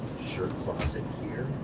shirt closet here.